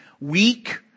weak